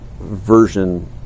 version